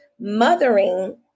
mothering